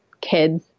kids